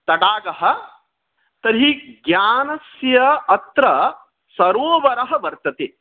तडागः तर्हि ज्ञानस्य अत्र सरोवरः वर्तते